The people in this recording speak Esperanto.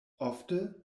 ofte